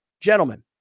Gentlemen